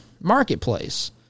marketplace